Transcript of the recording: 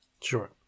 sure